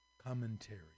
commentary